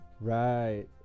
Right